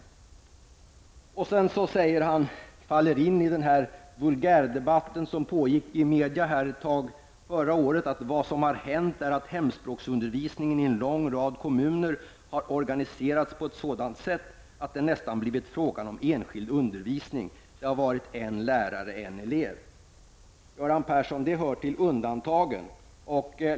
Sedan faller Göran Persson in i den vulgärdebatt som pågick ett tag i media förra året när han säger: ''Vad som hänt är att hemspråksundervisningen i en lång rad kommuner har organiserats på ett sådant sätt att det nästan blivit fråga om enskild undervisning -- det har varit en lärare och en elev''. Detta hör till undantagen, Göran Persson.